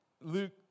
Luke